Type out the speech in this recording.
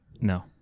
No